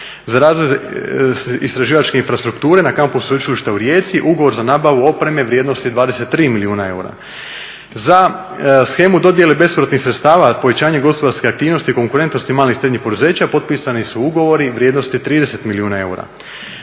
Za razvoj istraživačke infrastrukture na Kampusu sveučilišta u Rijeci ugovor za nabavu opreme vrijednosti 23 milijuna eura. Za shemu dodjele bespovratnih sredstava, povećanje gospodarske aktivnosti i konkurentnosti malih i srednjih poduzeća potpisani su ugovori vrijednosti 30 milijuna eura.